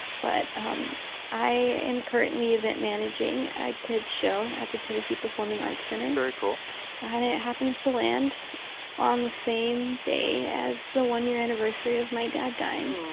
but um i am currently event managing a kids' show at the tennessee performing arts center very cool and it happens to land on the same day as the one-year anniversary of my dad dying.